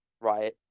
right